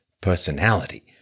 personality